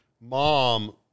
mom